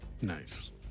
Nice